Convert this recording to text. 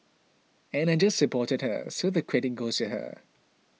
and I just supported her so the credit goes to her